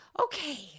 okay